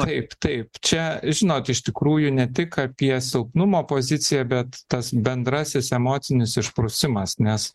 taip taip čia žinot iš tikrųjų ne tik apie silpnumo poziciją bet tas bendrasis emocinis išprusimas nes